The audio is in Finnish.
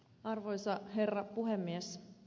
arvoisa herra puhemies